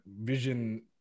Vision